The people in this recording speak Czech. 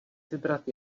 vybrat